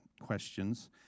questions